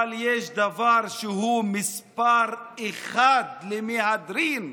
אבל יש דבר שהוא מספר אחת למהדרין,